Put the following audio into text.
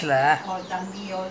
not lorry lah bus lah